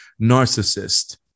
narcissist